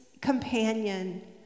companion